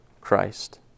Christ